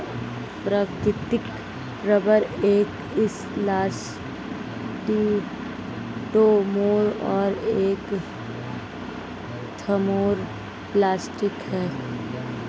प्राकृतिक रबर एक इलास्टोमेर और एक थर्मोप्लास्टिक है